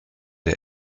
der